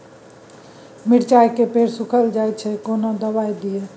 मिर्चाय के पेड़ सुखल जाय छै केना दवाई दियै?